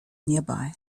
nearby